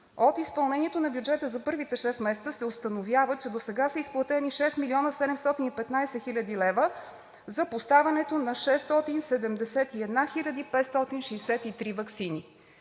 От изпълнението на бюджета за първите 6 месеца се установява, че досега са изплатени 6 млн. 715 хил. лв. за поставянето на 671 хил. 563 ваксини.